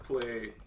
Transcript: play